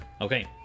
Okay